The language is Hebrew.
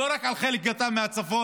לא רק על חלק קטן מהצפון,